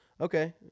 okay